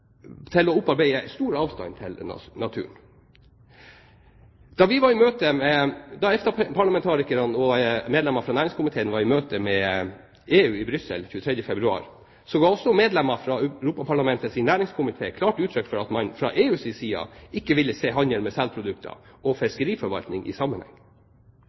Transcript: til å opparbeide en stor avstand til naturen. Da EFTA-parlamentarikerne og medlemmer fra næringskomiteen var i møte med EU i Brussel 23. februar, ga også medlemmer fra Europaparlamentets næringskomité klart uttrykk for at man fra EUs side ikke ville se handel med selprodukter og fiskeriforvaltning i sammenheng.